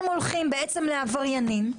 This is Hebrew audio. הם הולכים בעצם לעבריינים,